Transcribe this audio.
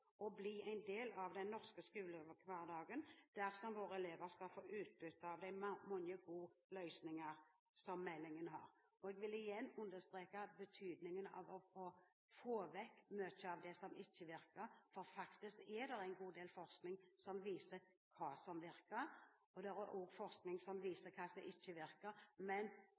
bli en del av den norske skolehverdagen dersom våre elever skal få utbytte av de mange gode løsningene i meldingen. Jeg vil igjen understreke betydningen av å få vekk mye av det som ikke virker, for faktisk er det en god del forskning som viser hva som virker – det er også forskning som viser hva som ikke